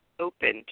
opened